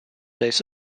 days